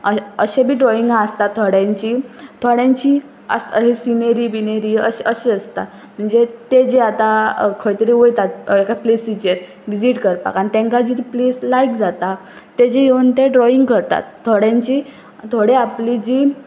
अशें अशे बी ड्रॉइंगां आसता थोड्यांची थोड्यांची आसता सिनेरी बिनेरी अशी अशी आसता म्हणजे ते जे आतां खंय तरी वयतात एका प्लेसीचेर विजीट करपाक आनी तेंकां जी ती प्लेस लायक जाता ताचें येवन ते ड्रॉइंग करतात थोड्यांची थोडे आपली जी